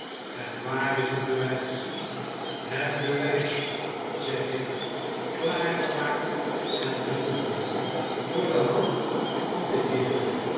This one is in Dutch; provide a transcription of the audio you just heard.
en waar is het bewijs het bewys zeg ik klaargemaakt en gezonden door de hand van den heer